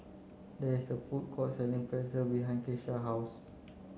there is a food court selling Pretzel behind Keisha house